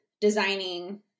designing